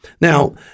Now